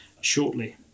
shortly